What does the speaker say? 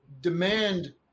demand